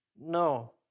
No